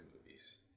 movies